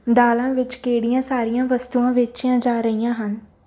ਦਾਲਾਂ ਵਿੱਚ ਕਿਹੜੀਆਂ ਸਾਰੀਆਂ ਵਸਤੂਆਂ ਵੇਚੀਆਂ ਜਾ ਰਹੀਆਂ ਹਨ